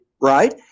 right